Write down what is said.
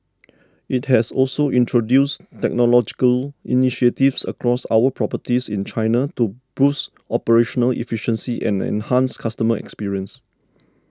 it has also introduced technological initiatives across our properties in China to boost operational efficiency and enhance customer experience